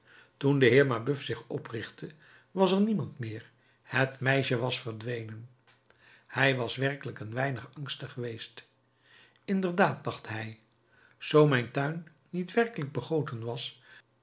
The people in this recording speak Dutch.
toen de heer mabeuf zich oprichtte was er niemand meer het meisje was verdwenen hij was werkelijk een weinig angstig geweest inderdaad dacht hij zoo mijn tuin niet werkelijk begoten was